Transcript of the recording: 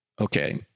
Okay